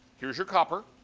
here is your copper.